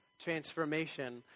transformation